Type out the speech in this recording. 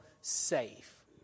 safe